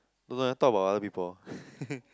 don't know leh talk about other people ah